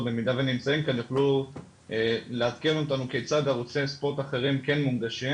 במידה ונמצאים כאן יוכלו לעדכן אותנו כיצד ערוצי ספורט אחרים כן מונגשים